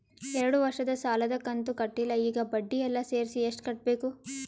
ಎರಡು ವರ್ಷದ ಸಾಲದ ಕಂತು ಕಟ್ಟಿಲ ಈಗ ಬಡ್ಡಿ ಎಲ್ಲಾ ಸೇರಿಸಿ ಎಷ್ಟ ಕಟ್ಟಬೇಕು?